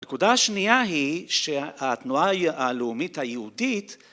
‫הנקודה השנייה היא ‫שהתנועה הלאומית היהודית...